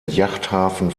yachthafen